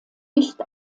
nicht